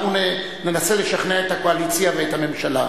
ואנחנו ננסה לשכנע את הקואליציה ואת הממשלה